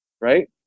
right